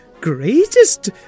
greatest